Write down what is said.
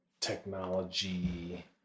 technology